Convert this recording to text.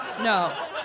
No